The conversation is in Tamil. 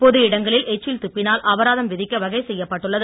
பொது இடங்களில் எச்சில் துப்பினால் அபராதம் விதிக்க வகை செய்யப்பட்டுள்ளது